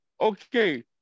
Okay